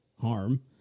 harm